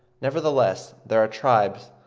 nevertheless there are tribes,